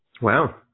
Wow